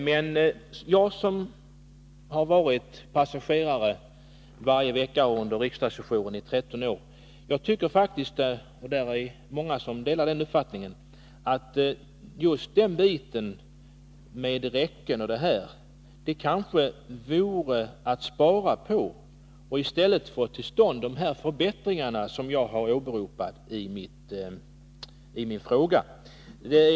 Men jag som varit passagerare varje vecka under riksdagssessionen i tretton år tycker faktiskt — och det är många som delar den uppfattningen — att man kanske kunde spara på räcken o. d. för att i stället få till stånd de förbättringar som jag har tagit upp i min interpellation.